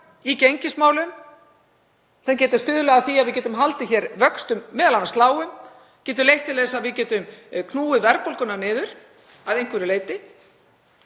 í gengismálum sem getur stuðlað að því að við getum haldið hér vöxtum lágum og getur leitt til þess að við getum knúið verðbólguna niður að einhverju leyti.